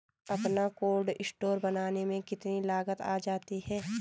अपना cold store बनाने में कितनी लागत आ जाती है?